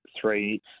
three